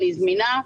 אני זמינה.